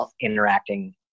interacting